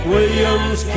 Williams